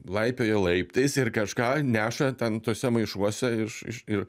laipioja laiptais ir kažką neša ten tuose maišuose iš iš ir